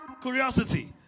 curiosity